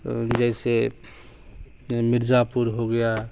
جیسے مرزا پور ہو گیا